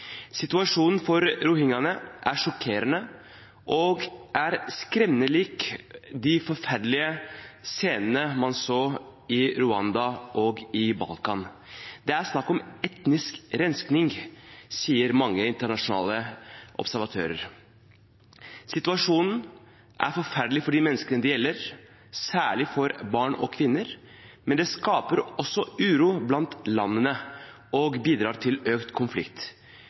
Situasjonen for rohingyaene er sjokkerende og skremmende lik de forferdelige scenene man så i Rwanda og på Balkan. Det er snakk om etnisk rensing, sier mange internasjonale observatører. Situasjonen er forferdelig for de menneskene det gjelder, særlig for barn og kvinner, men den skaper også uro blant landene og bidrar til økt konflikt.